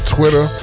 Twitter